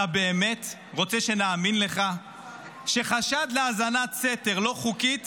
אתה באמת רוצה שנאמין לך שחשד להאזנת סתר לא חוקית